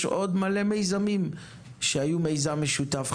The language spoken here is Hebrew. יש עוד הרבה מיזמים שהיו מיזם משותף,